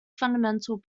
fundamental